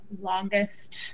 longest